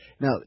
Now